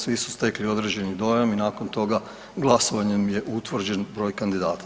Svi su stekli određeni dojam i nakon toga glasovanjem je utvrđen broj kandidata.